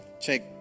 Check